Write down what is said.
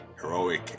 heroic